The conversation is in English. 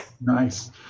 Nice